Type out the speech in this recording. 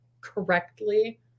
correctly